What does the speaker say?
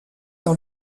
dans